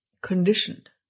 conditioned